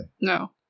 No